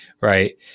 right